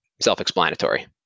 Self-explanatory